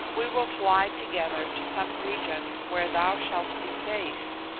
we will fly together to some region where thou shalt be safe.